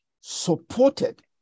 supported